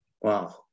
Wow